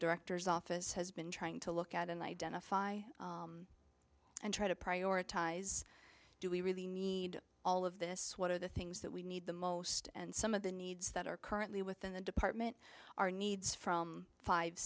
director's office has been trying to look at and identify and try to prioritize do we really need all of this what are the things that we need the most and some of the needs that are currently within the department are needs from five